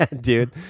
dude